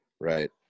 right